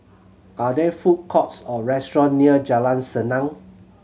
are there food courts or restaurant near Jalan Senang